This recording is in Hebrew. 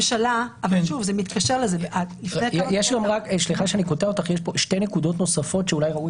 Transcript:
יש כאן שתי נקודות נוספות שאולי ראוי